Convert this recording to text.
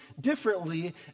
differently